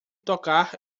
tocar